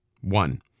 One